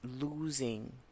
losing